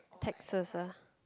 Texas ah